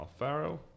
Alfaro